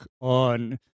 on